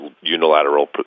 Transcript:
unilateral